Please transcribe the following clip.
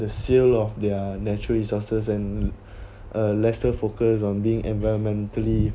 the sale of their natural resources and a lesser focus on being environmentally